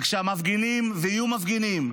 וכשהמפגינים, ויהיו מפגינים,